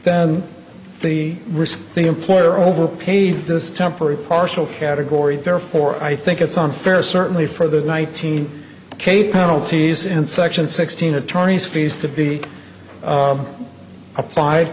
than the risk of the employer overpaid this temporary partial category therefore i think it's unfair certainly for the nineteen k penalties in section sixteen attorneys fees to be applied